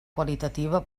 qualitativa